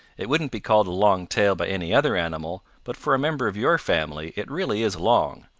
it wouldn't be called a long tail by any other animal, but for a member of your family it really is long,